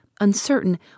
uncertain